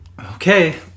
Okay